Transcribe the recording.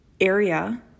area